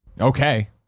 okay